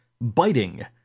Biting